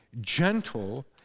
gentle